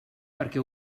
perquè